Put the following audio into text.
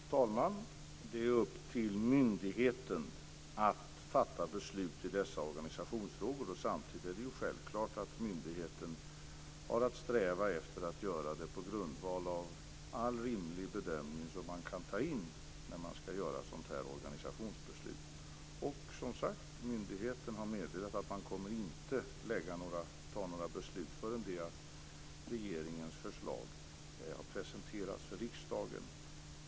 Fru talman! Det är upp till myndigheten att fatta beslut i sådana här organisationsfrågor. Samtidigt har myndigheten självklart att sträva efter att göra det på grundval av all rimlig bedömning som kan göras vid sådana här organisationsbeslut. Som sagt: Myndigheten har meddelat att man inte kommer att ta några beslut innan regeringens förslag har presenterats för riksdagen.